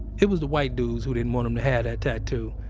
it was the white dudes who didn't want him to have that tattoo.